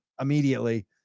immediately